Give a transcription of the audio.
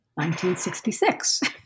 1966